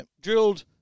drilled